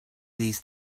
these